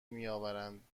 میآورند